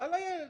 על הילד,